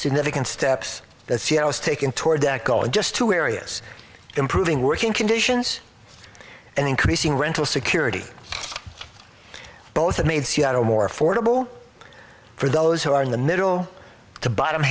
significant steps that she has taken toward that goal in just two areas improving working conditions and increasing rental security both made seattle more affordable for those who are in the middle the bottom